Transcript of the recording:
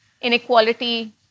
inequality